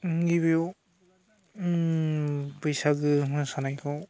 नैबेयाव बैसागु मोसानायखौ